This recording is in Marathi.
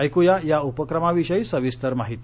ऐकूया या उपक्रमाविषयी सविस्तर माहिती